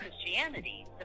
Christianity